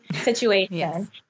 situation